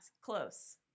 Close